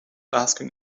asking